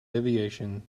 aviation